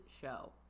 show